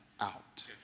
out